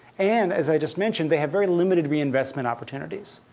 and as i just mentioned, they have very limited reinvestment opportunities.